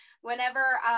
Whenever